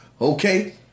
okay